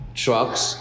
trucks